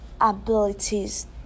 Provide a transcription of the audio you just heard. abilities